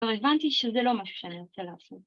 ‫כבר הבנתי שזה לא משהו ‫שאני רוצה לעשות.